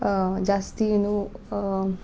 ಜಾಸ್ತಿ ಏನೂ